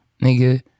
nigga